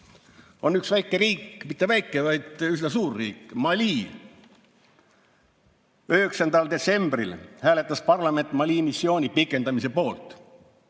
On üks väikeriik, mitte väike, vaid üsna suur riik, Mali. 9. detsembril hääletas parlament Mali missiooni pikendamise poolt.